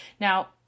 Now